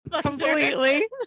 completely